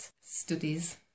studies